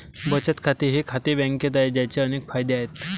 बचत खाते हे खाते बँकेत आहे, ज्याचे अनेक फायदे आहेत